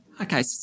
Okay